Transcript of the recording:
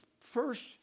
first